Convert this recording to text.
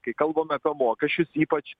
kai kalbame apie mokesčius ypač